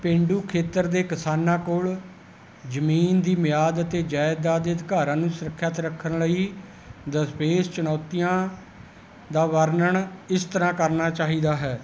ਪੇਂਡੂ ਖੇਤਰ ਦੇ ਕਿਸਾਨਾਂ ਕੋਲ ਜ਼ਮੀਨ ਦੀ ਮਿਆਦ ਅਤੇ ਜਾਇਦਾਦ ਦੇ ਅਧਿਕਾਰਾਂ ਨੂੰ ਸੁਰੱਖਿਅਤ ਰੱਖਣ ਲਈ ਦਰਪੇਸ਼ ਚੁਣੌਤੀਆਂ ਦਾ ਵਰਣਨ ਇਸ ਤਰ੍ਹਾਂ ਕਰਨਾ ਚਾਹੀਦਾ ਹੈ